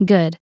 Good